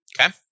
Okay